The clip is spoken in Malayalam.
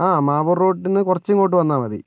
ആ മാവൂർ റോഡിൽ നിന്ന് കുറച്ചിങ്ങോട്ട് വന്നാൽ മതി